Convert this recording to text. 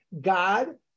God